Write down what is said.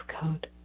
code